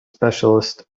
specialists